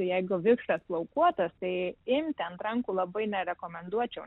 jeigu vikšras plaukuotas tai imti ant rankų labai nerekomenduočiau